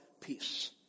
peace